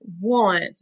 want